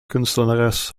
kunstenares